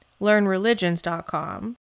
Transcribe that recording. learnreligions.com